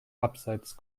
abseits